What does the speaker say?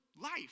life